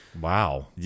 wow